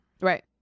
right